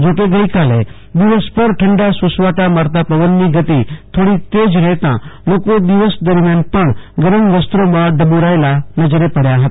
જોકે ગઈકાલે દિવસભરમાં ઠંડા સૂસવાટા મારતા પવનની ગતિ થોડી તેજ રહેતા લોકો દિવસ દરમિયાન પણ ગરમ વસ્ત્રોમાં ઢબુરાયેલા નજરે પડ્યા હતા